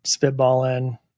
spitballing